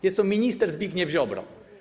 Jest to minister Zbigniew Ziobro.